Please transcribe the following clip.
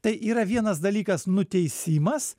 tai yra vienas dalykas nuteisimas